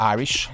Irish